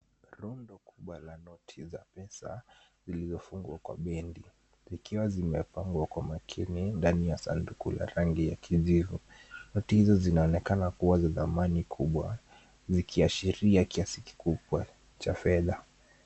Rundo kubwa la noti za pesa iliyofungwa kwa bendi zikiwa zimepangwa kwa makini ndani ya sanduku la rangi ya kijivu. Noti hizo zinaonekana kuwa za dhamani kubwa zikiashiria kiasi kikubwa cha fedha.